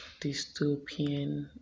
dystopian